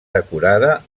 decorada